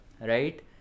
Right